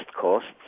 costs